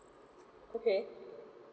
okay